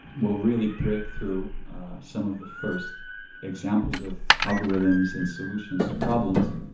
we'll really break through some of the first examples of algorithms and solutions to problems.